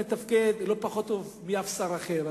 מתפקד לא פחות טוב מאף שר אחר,